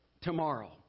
tomorrow